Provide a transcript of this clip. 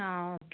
ആ ഓക്കെ